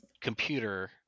computer